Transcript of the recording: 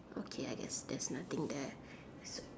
okay I guess there's nothing there